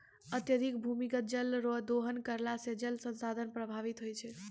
अत्यधिक भूमिगत जल रो दोहन करला से जल संसाधन प्रभावित होय छै